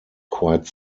quite